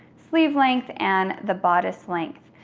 sleeve length and the bodice length.